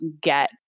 get